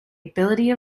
ability